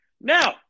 Now